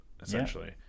essentially